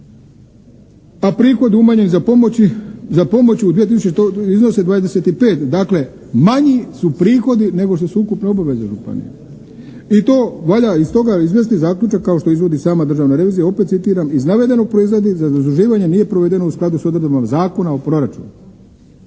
ne razumije./…iznose 25, dakle manji su prihodi nego što su ukupne obaveze županije. I to valja iz toga izvesti zaključak kao što izvodi sama Državna revizija opet citiram iz navedenog proizlazi da zaduživanje nije provedeno u skladu s odredbama Zakona o proračunu.